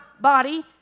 Body